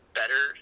better